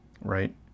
right